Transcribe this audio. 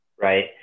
right